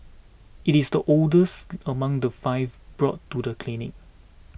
it is the oldest among the five brought to the clinic